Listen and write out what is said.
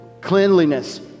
cleanliness